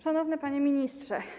Szanowny Panie Ministrze!